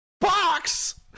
Box